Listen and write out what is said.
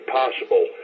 possible